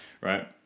right